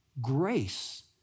grace